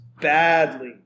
badly